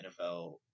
NFL